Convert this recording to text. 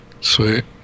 Sweet